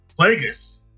Plagueis